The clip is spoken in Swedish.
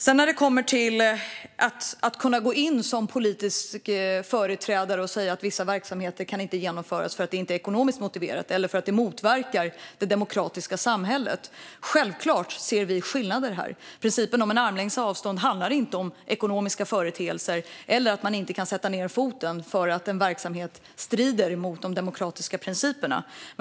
Sedan sas det att en företrädare inte kan säga att vissa verksamheter inte kan genomföras för att de inte är ekonomiskt motiverade eller för att de motverkar det demokratiska samhället. Självklart finns skillnader. Principen om armlängds avstånd handlar inte om ekonomiska företeelser eller att man inte kan sätta ned foten för att en verksamhet strider mot de demokratiska principerna.